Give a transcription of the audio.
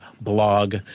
blog